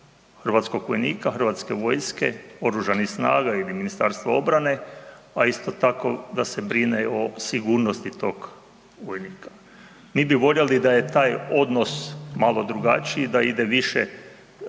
hrvatskog vojnika, hrvatske vojske, OS-a ili MORH-a a isto tako da se brine o sigurnosti tog vojnika. Mi bi voljeli da je taj odnos malo drugačiji, da ide više,